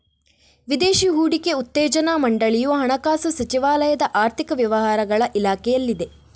ವಿದೇಶಿ ಹೂಡಿಕೆ ಉತ್ತೇಜನಾ ಮಂಡಳಿಯು ಹಣಕಾಸು ಸಚಿವಾಲಯದ ಆರ್ಥಿಕ ವ್ಯವಹಾರಗಳ ಇಲಾಖೆಯಲ್ಲಿದೆ